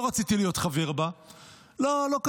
לא רציתי להיות חבר בה,